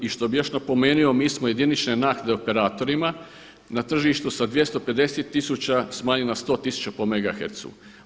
I što bih još napomenuo, mi smo jedinične naknade operatorima na tržištu sa 250 tisuća smanjili na 100 tisuća po Megahertzu.